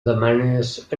demanes